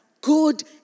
good